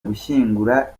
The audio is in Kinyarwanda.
gushyingura